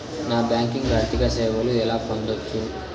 Non banking ఆర్థిక సేవలు ఎలా పొందొచ్చు?